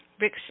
Rick